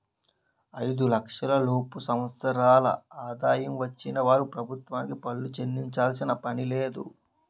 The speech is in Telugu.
ఐదు లక్షల లోపు సంవత్సరాల ఆదాయం వచ్చిన వారు ప్రభుత్వానికి పన్ను చెల్లించాల్సిన పనిలేదు